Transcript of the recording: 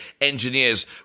engineers